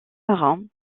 marins